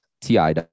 TI